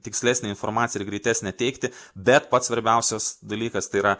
tikslesnę informaciją ir greitesnę teikti bet pats svarbiausias dalykas tai yra